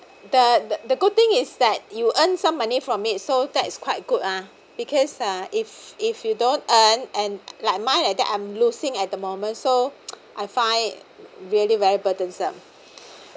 the the good thing is that you earn some money from it so that's quite good ah because uh if if you don't earn and like mine like that I'm losing at the moment so I find really very burdensome